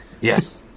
Yes